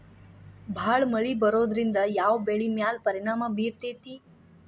ಭಾಳ ಮಳಿ ಬರೋದ್ರಿಂದ ಯಾವ್ ಬೆಳಿ ಮ್ಯಾಲ್ ಪರಿಣಾಮ ಬಿರತೇತಿ?